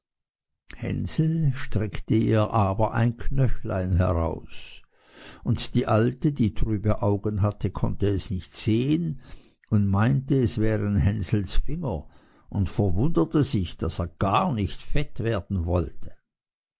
hänsel streckte ihr aber ein knöchlein heraus und die alte die trübe augen hatte konnte es nicht sehen und meinte es wären hänsels finger und verwunderte sich daß er gar nicht fett werden wollte